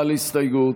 הסתייגות.